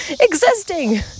existing